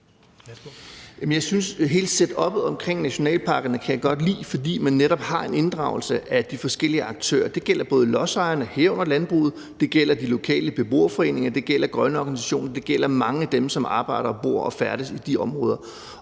jeg kan godt lide hele setuppet omkring nationalparkerne, fordi man netop har en inddragelse af de forskellige aktører. Det gælder både lodsejerne, herunder landbruget, de lokale beboerforeninger, grønne organisationer og mange af dem, som arbejder og bor og færdes i de områder.